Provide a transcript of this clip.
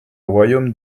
royaume